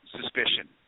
suspicion